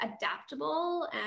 adaptable